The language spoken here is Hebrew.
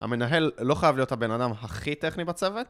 המנהל לא חייב להיות הבן האדם הכי טכני בצוות